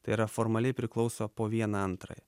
tai yra formaliai priklauso po vieną antrąją